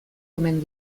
omen